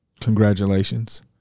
congratulations